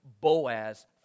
Boaz